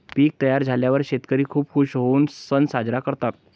पीक तयार झाल्यावर शेतकरी खूप खूश होऊन सण साजरा करतात